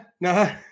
no